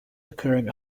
occurring